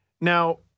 Now